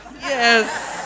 Yes